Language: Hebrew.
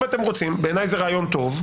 אם אתם רוצים בעיניי, זה רעיון טוב.